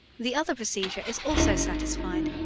the other procedure is also satisfied,